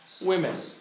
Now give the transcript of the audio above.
women